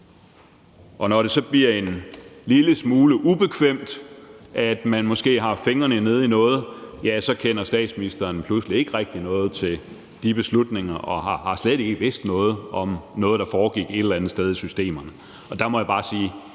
Når det så bliver en lille smule ubekvemt, at man måske har haft fingrene nede i noget, kender statsministeren pludselig ikke rigtig noget til de beslutninger og har slet ikke vidst noget om noget, der foregik et eller andet sted i systemerne. Der må jeg bare sige,